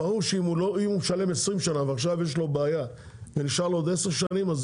ברור שאם הוא משלם 20 שנה ועכשיו יש לו בעיה ונשאר לו עוד 10 שנים אז